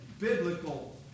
Biblical